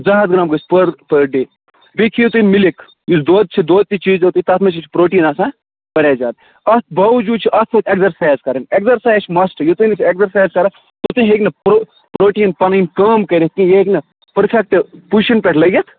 زٕ ہتھ گرام گَژھہ پٔر پٔر ڈے بیٚیہِ کھیٚیِو تُہۍ مِلِک یُس دۄد چھُ دۄد تہِ چیے زیٚو تُہۍ تَتھ منٛز تہِ چھُ پروٹیٖن آسان واریاہ زیادٕ اتھ باوُجود چھُ اَتھ سۭتۍ ایٚکزرسایز کَرنۍ ایٚکزرسایز چھِ مَسٹ یوتانۍ نہٕ زٕ ایٚکزرسایز کَرکھ توتَانۍ ہیٚکنہٕ پرو پروٹیٖن پَنٕنۍ کٲم کٔرتھ تہٕ یہِ ہیٚکۍ نہٕ پٔرفیکٹہٕ پوزِشَن پٮ۪ٹھ لٔگِتھ